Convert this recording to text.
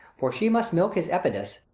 for she must milk his epididimis.